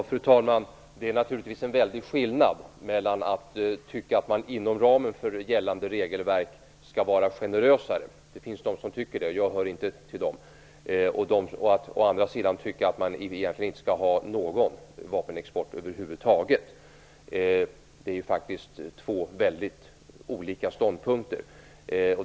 Fru talman! Det är naturligtvis en stor skillnad mellan att tycka att man inom ramen för gällande regelverk skall vara generösare - det finns de som tycker det, men jag hör inte till dem - och att tycka att man inte skall ha någon vapenexport över huvud taget. Det är faktiskt två mycket olika ståndpunkter.